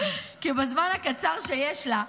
כי בזמן הקצר שיש לה,